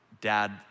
dad